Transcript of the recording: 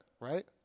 right